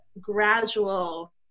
gradual